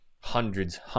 hundreds